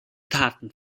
taten